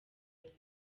abiri